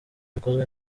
bikozwe